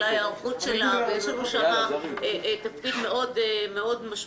ההיערכות שלה ויש לנו שם תפקיד מאוד משמעותי.